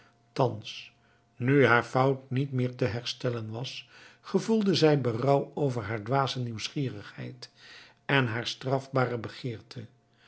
thans nu haar fout niet meer te herstellen was gevoelde zij berouw over haar dwaze nieuwsgierigheid en haar strafbare